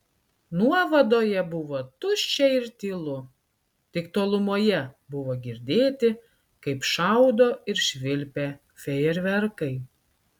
nuovadoje buvo tuščia ir tylu tik tolumoje buvo girdėti kaip šaudo ir švilpia fejerverkai